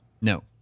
No